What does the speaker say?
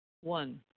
One